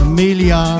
Amelia